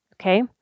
Okay